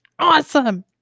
awesome